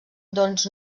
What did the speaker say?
doncs